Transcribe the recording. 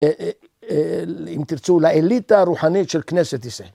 אם תרצו, לאליטה הרוחנית של כנסת ישראל